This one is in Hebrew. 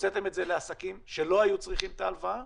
הוצאתם את זה לעסקים שלא היו צריכים את ההלוואה,